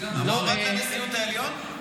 המועמד לנשיאות העליון?